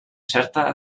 certa